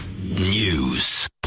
News